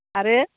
आरो